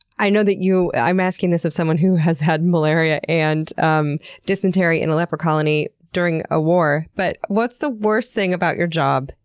i know that i'm asking this of someone who has had malaria and um dysentery in a leper colony during a war, but what's the worst thing about your job?